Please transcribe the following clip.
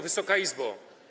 Wysoka Izbo!